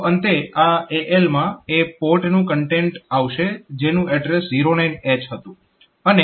તો અંતે આ AL માં એ પોર્ટનું કન્ટેન્ટ આવશે જેનું એડ્રેસ 09H હતું